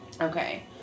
Okay